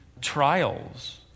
trials